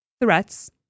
threats